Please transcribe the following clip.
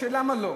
שלמה לא?